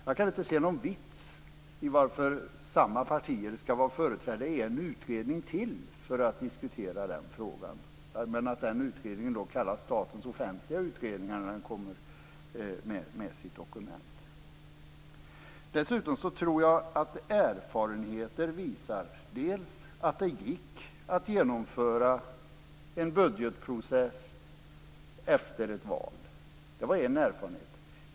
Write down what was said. Jag kan inte se någon vits i att samma partier ska vara företrädda i en utredning till för att diskutera den frågan annat än att den utredningen kallas statens offentliga utredning när den kommer med sitt dokument. Dessutom tror jag att erfarenheten visar att det gick att genomföra en budgetprocess efter ett val. Det var en erfarenhet.